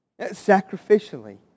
sacrificially